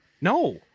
no